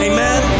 Amen